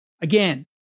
Again